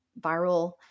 viral